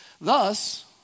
thus